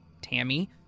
Tammy